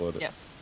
Yes